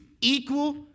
equal